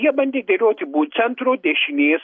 jie bandė dėlioti būt centro dešinės